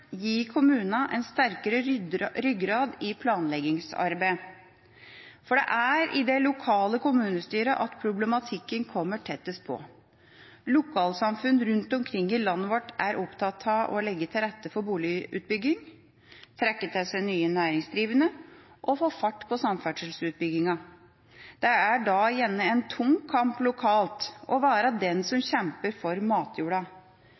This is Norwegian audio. gi kommunene sterkere ryggrad i planleggingsarbeidet. For det er i de lokale kommunestyrene at problematikken kommer tettest på. Lokalsamfunn rundt omkring i landet vårt er opptatt av å legge til rette for boligutbygging, trekke til seg nye næringsdrivende og å få fart på samferdselsutbyggingen. Det er da gjerne en tung kamp lokalt å være den som kjemper for matjorda.